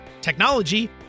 technology